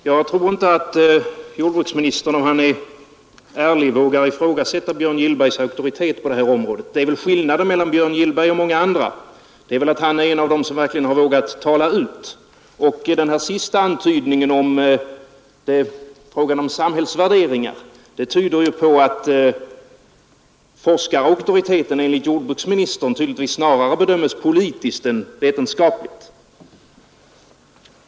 Herr talman! Jag tror inte att jordbruksministern, om han är ärlig, vågar ifrågasätta Björn Gillbergs auktoritet på det här området. Skillnaden mellan Björn Gillberg och många andra är väl att han är en av dem som verkligen har vågat tala ut. Och den här sista antydningen om att det är fråga om samhällsvärderingar talar ju för att forskarauktoriteten enligt jordbruksministerns mening snarare bedöms politiskt än vetenskapligt.